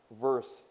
verse